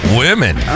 women